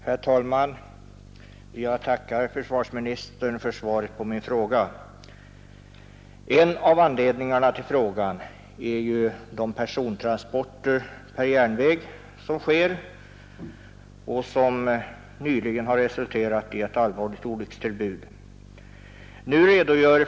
Herr talman! Jag tackar försvarsministern för svaret på min fråga. En av anledningarna till frågan är de persontransporter per järnväg som sker och som nyligen föranlett ett allvarligt olyckstillbud.